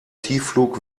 tiefflug